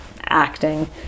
acting